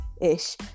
ish